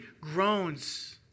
groans